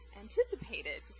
anticipated